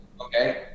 Okay